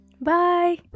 Bye